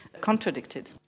contradicted